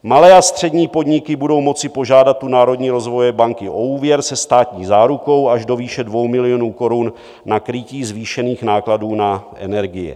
Malé a střední podniky budou moci požádat u Národní rozvojové banky o úvěr se státní zárukou až do výše 2 milionů korun na krytí zvýšených nákladů na energie.